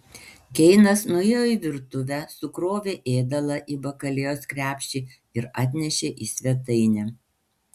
keinas nuėjo į virtuvę sukrovė ėdalą į bakalėjos krepšį ir atnešė į svetainę